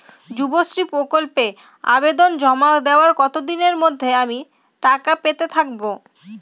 যুবশ্রী প্রকল্পে আবেদন জমা দেওয়ার কতদিনের মধ্যে আমি টাকা পেতে থাকব?